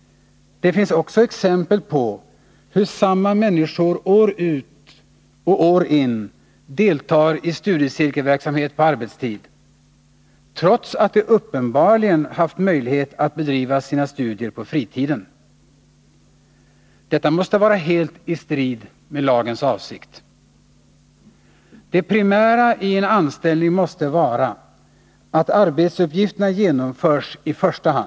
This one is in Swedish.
Det finns också exempel på hur samma människor år ut och år in deltar i studiecirkelverksamhet på arbetstid, trots att de uppenbarligen haft möjlighet att bedriva sina studier på fritiden. Detta måste vara helt i strid mot lagens avsikt. Det primära i en anställning måste vara att arbetsuppgifterna genomförs.